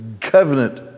covenant